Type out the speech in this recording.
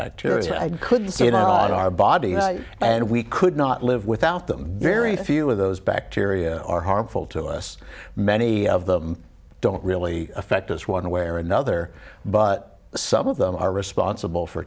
bacteria so i could say you know our bodies and we could not live without them very few of those bacteria are harmful to us many of them don't really affect us one way or another but some of them are responsible for